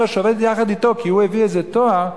שעובד יחד אתו כי הוא הביא איזה תואר,